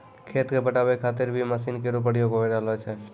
खेत क पटावै खातिर भी मसीन केरो प्रयोग होय रहलो छै